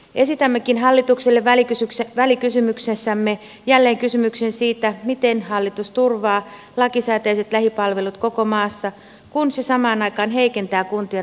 esitämmekin hallitukselle välikysymyksessämme jälleen kysymyksen siitä miten hallitus turvaa lakisääteiset lähipalvelut koko maassa kun se samaan aikaan heikentää kuntien rahoituspohjaa